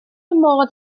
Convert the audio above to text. modd